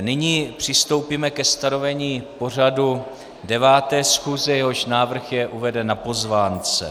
Nyní přistoupíme ke stanovení pořadu 9. schůze, jehož návrh je uveden na pozvánce.